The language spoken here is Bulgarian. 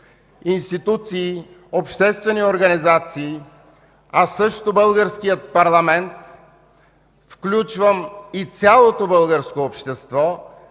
институции, обществени организации, а също Българския парламент, включвам и цялото българско общество,